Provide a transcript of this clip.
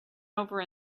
over